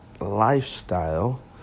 lifestyle